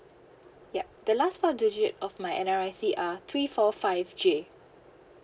yup the last four digit of my N_R_I_C are three four five J